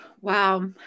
Wow